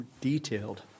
detailed